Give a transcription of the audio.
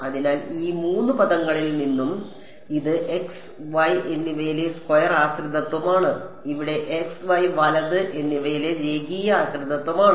അതിനാൽ ഈ 3 പദങ്ങളിൽ നിന്ന് ഇത് x y എന്നിവയിലെ സ്ക്വയർ ആശ്രിതത്വമാണ് ഇത് x y വലത് എന്നിവയിലെ രേഖീയ ആശ്രിതത്വമാണ്